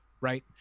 Right